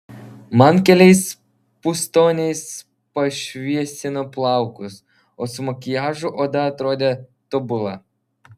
man keliais pustoniais pašviesino plaukus o su makiažu oda atrodė tobula